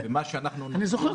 מה שאנחנו נותנים